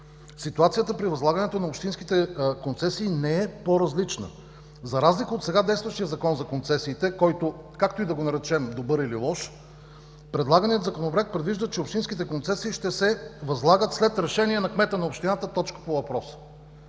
Ситуацията при възлагането на общинските концесии не е по-различна. За разлика от сега действащия Закон за концесиите, който, както и да го наречем – добър или лош, предлаганият Законопроект предвижда, че общинските концесии ще се възлагат след решение на кмета на общината. Точка по въпроса.